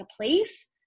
place